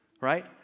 Right